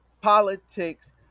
politics